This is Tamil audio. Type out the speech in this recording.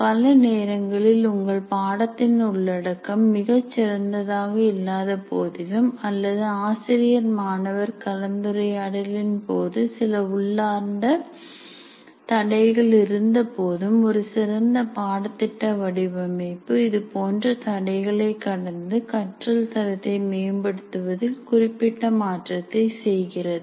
பல நேரங்களில் உங்கள் பாடத்தின் உள்ளடக்கம் மிகச் சிறந்ததாக இல்லாத போதிலும் அல்லது ஆசிரியர் மாணவர் கலந்துரையாடலின் போது சில உள்ளார்ந்த தடைகள் இருந்தபோதும் ஒரு சிறந்த பாடத்திட்ட வடிவமைப்பு இதுபோன்ற தடைகளை கடந்து கற்றல் தரத்தை மேம்படுத்துவதில் குறிப்பிட்ட மாற்றத்தை செய்கிறது